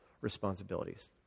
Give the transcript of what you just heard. responsibilities